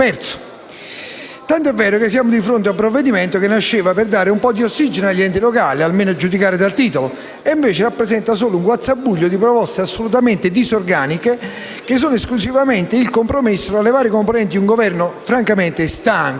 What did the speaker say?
è così vero che siamo di fronte a un provvedimento che, pur essendo nato per dare un po' di ossigeno agli enti locali, almeno a giudicare dal titolo, rappresenta invece solo un guazzabuglio di proposte assolutamente disorganiche e frutto esclusivamente di un compromesso tra le varie componenti di un Governo francamente stanco,